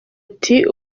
ati